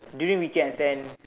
during weekends and